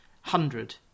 hundred